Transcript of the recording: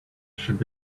should